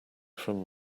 from